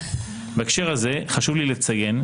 בהקשר הזה חשוב לי לציין,